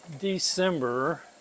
December